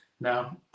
Now